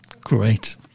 Great